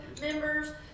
members